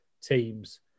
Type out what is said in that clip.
teams